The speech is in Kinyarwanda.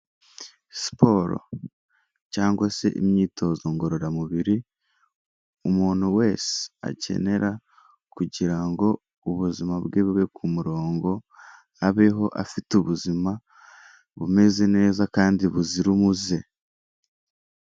Siporo cyangwa se imyitozo ngororamubiri umuntu wese akenera kugira ngo ubuzima bwe bube ku murongo abeho afite ubuzima bumeze neza kandi buzira umuze.